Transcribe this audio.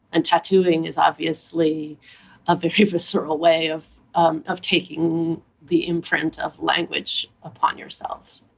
and tattooing is obviously a very visceral way of um of taking the imprint of language upon yourselves.